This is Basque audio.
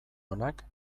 onak